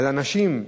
על אנשים,